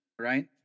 Right